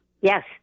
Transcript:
Yes